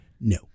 no